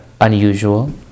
unusual